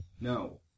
No